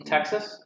Texas